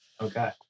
Okay